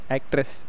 Actress